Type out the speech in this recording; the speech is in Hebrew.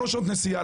שלוש שעות נסיעה.